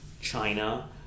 China